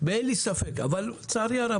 אבל לצערי הרב,